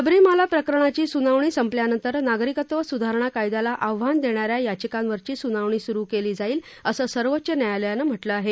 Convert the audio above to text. शबरीमाला प्रकरणाची सुनावणी संपल्यानंतर नागरिकत्व सुधारणा कायद्याला आव्हान देणा या याचिकांवरची सुनावणी सुरु केली जाईल असं सर्वोच्च न्यायालयानं म्हटलं आहे